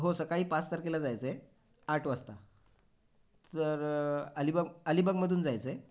हो सकाळी पाच तारखेला जायचं आहे आठ वाजता तर अलिबाग अलिबागमधून जायचं आहे